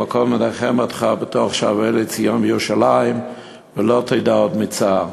המקום ינחם אותך בתוך שאר אבלי ציון וירושלים ולא תדע עוד צער.